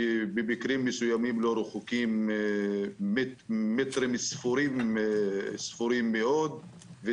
ובמקרים מיוחדים הם רחוקים מטרים ספורים מאוד מהיישוב שלנו,